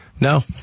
No